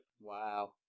Wow